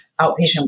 outpatient